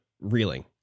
reeling